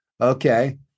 okay